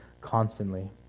constantly